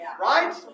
right